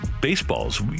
baseballs